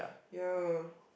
ya